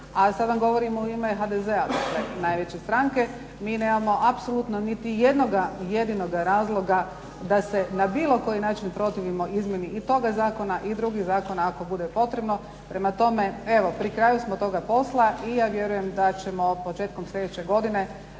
A sada vam govorim u ime HDZ-a najveće stranke, mi nemamo apsolutno niti jednoga jedinoga razloga da se na bilo koji način protivimo izmjeni i toga zakona i drugih zakona ako bude potrebno. Prema tome, evo pri kraju smo toga posla i ja vjerujem da ćemo početkom sljedeće godine